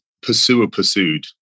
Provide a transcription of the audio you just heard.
pursuer-pursued